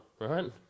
right